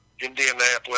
Indianapolis